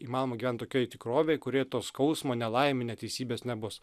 įmanoma gyvent tokioje tikrovėje kurioje to skausmo nelaimių neteisybės nebus